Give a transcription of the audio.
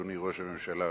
אדוני ראש הממשלה,